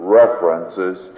references